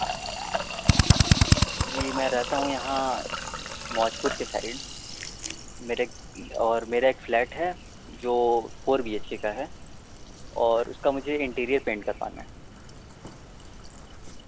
جی میں رہتا ہوں یہاں موج پور کے سائڈ میرے اور میرا ایک فلیٹ ہے جو فور بی ایچ کے کا ہے اور اس کا مجھے انٹیریئر پینٹ کروانا ہے